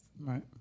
Right